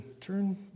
turn